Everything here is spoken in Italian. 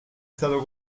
stato